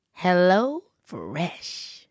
HelloFresh